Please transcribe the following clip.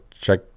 check